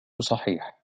صحيح